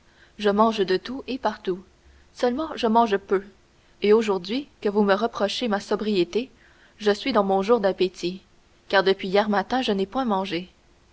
je mange de tout et partout seulement je mange peu et aujourd'hui que vous me reprochez ma sobriété je suis dans mon jour d'appétit car depuis hier matin je n'ai point mangé